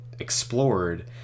explored